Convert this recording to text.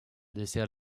dessert